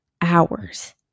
hours